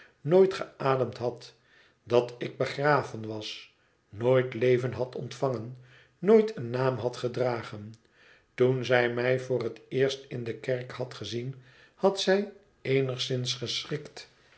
nooit geademd had dat ik begraven was nooit leven had ontvangen nooit een naam had gedragen toen zij mij voor het eerst in de kerk had gezien had zij eenigszins geschrikt